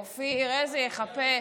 אופיר, איזה יחפה?